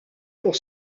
pour